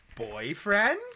boyfriend